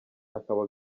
akaba